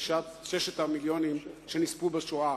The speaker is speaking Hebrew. ששת המיליונים שנספו בשואה.